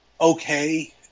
Okay